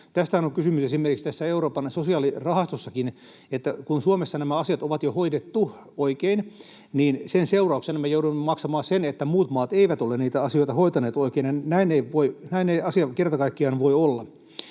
Tästähän on kysymys esimerkiksi tässä Euroopan sosiaalirahastossakin, että kun Suomessa nämä asiat on jo hoidettu oikein, niin sen seurauksena me joudumme maksamaan sen, että muut maat eivät ole niitä asioita hoitaneet oikein. Näin ei asia kerta kaikkiaan voi olla.